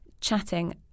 chatting